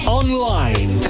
online